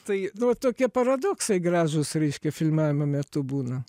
tai nu tokie paradoksai gražūs reiškia filmavimo metu būna